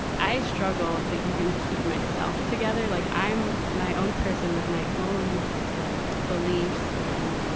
i struggle to even keep myself together. like i'm my own person with my own beliefs and,